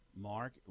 Mark